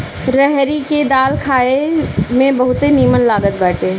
रहरी के दाल खाए में बहुते निमन लागत बाटे